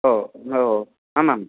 ओ ओ आमाम्